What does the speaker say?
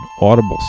audible